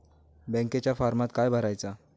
बँकेच्या फारमात काय भरायचा?